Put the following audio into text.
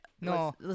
no